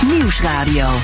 Nieuwsradio